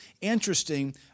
interesting